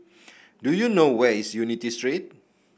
do you know where is Unity Street